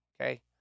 Okay